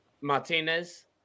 Martinez